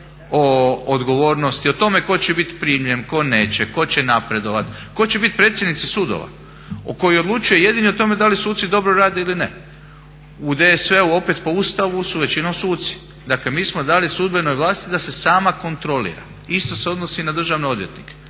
o odgovornosti, o tome tko će biti primljen, tko neće, tko će napredovati, tko će biti predsjednici sudova koji odlučuje jedini o tome da li suci dobro rade ili ne. U DSV-u opet po ustavu su većinom suci. Dakle mi smo dali sudbenoj vlasti da se sama kontrolira isto se odnosi i na državne odvjetnike.